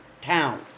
town